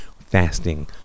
fasting